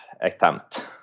attempt